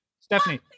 Stephanie